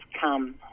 come